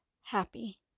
happy